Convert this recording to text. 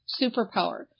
superpower